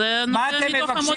אז זה --- מתוך המודל.